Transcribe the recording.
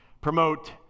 promote